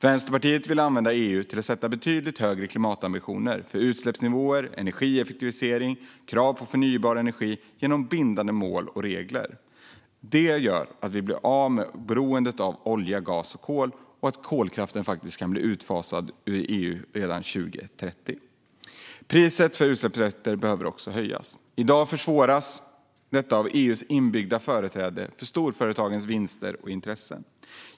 Vänsterpartiet vill använda EU till att sätta betydligt högre klimatambitioner för utsläppsnivåer, energieffektivisering och krav på förnybar energi genom bindande mål och regler. Det gör att vi blir av med beroendet av olja, gas och kol och att kolkraften i EU kan bli utfasad ur EU redan år 2030. Priset för utsläppsrätter behöver också höjas. I dag försvåras detta av EU:s inbyggda företräde för storföretagens vinster och intressen.